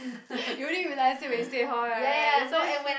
you only realise it when you stay in hall right that's why you should